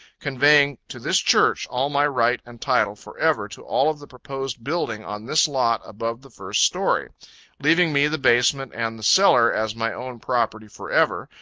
conveying to this church all my right and title forever to all of the proposed building on this lot above the first story leaving me the basement and the cellar as my own property forever,